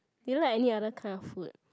you like any other kind of food